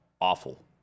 awful